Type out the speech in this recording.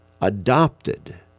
adopted